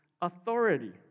authority